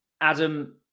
Adam